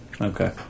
okay